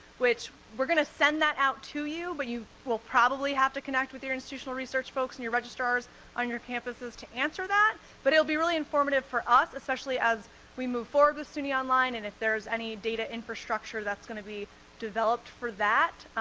which we're gonna send that out to you but you will probably have to connect with your institutional research folks and your registrars on your campuses to answer that. but it'll be really informative for us, especially as we move forward with suny online, and if there's any data infrastructure that's gonna be developed for that,